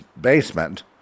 basement